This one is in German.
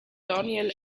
daniel